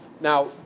Now